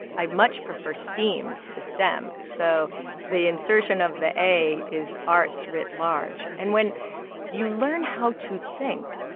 i much prefer steam to stem. so the insertion of the a is arts writ large, and when you learn how to think,